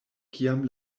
kiam